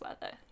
weather